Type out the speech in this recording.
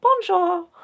bonjour